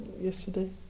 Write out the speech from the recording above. yesterday